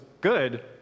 good